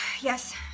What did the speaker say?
Yes